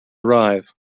arrive